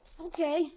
Okay